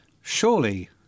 Surely